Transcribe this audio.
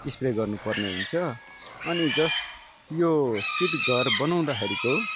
spray गर्नु पर्ने हुन्छ अनि जस्ट यो सेड घर बनाउँदाखेरिको